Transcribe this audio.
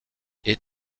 est